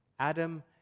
Adam